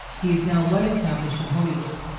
he is now well established in hollywood.